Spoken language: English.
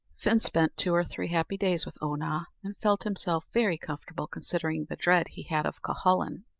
fin spent two or three happy days with oonagh, and felt himself very comfortable, considering the dread he had of cuhullin.